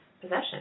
possession